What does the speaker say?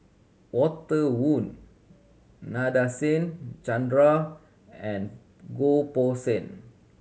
Walter Woon Nadasen Chandra and Goh Poh Seng